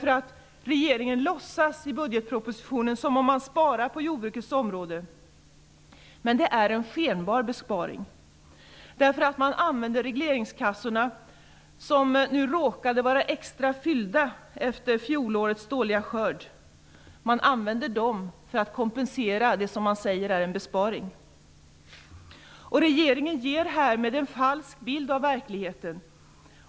Regeringen låtsas i budgetpropositionen som om man sparar på jordbrukets område, men det är en skenbar besparing. Man använder nämligen regleringskassorna, som nu råkar vara extra fyllda efter fjolårets dåliga skörd, för att kompensera det som man säger är en besparing. Regeringen ger härmed en falsk bild av verkligheten.